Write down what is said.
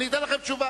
אני אתן לכם תשובה.